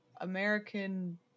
American